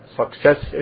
success